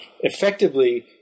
effectively